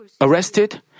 arrested